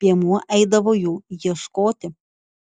piemuo eidavo jų ieškoti